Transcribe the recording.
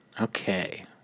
Okay